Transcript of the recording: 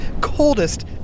coldest